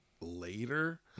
later